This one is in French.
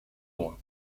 loin